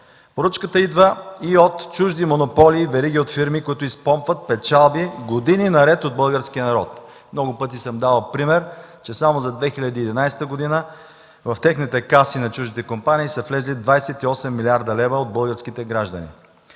Поръчката идва и от чужди монополи и вериги от фирми, които изпомпват печалби години наред от българския народ. Много пъти съм давал пример, че само за 2011 г. в касите на чуждите компании са влезли 28 млрд. лв. от българските граждани.